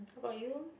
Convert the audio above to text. how about you